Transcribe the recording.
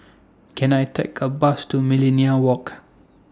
Can I Take A Bus to Millenia Walk